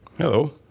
Hello